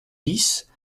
dix